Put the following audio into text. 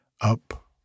up